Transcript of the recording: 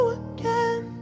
again